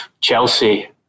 Chelsea